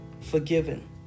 forgiven